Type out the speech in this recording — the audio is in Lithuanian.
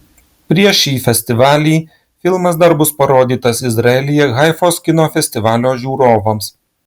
prieš šį festivalį filmas dar bus parodytas izraelyje haifos kino festivalio žiūrovams